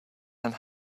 and